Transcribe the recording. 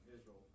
Israel